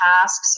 tasks